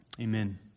Amen